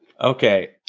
Okay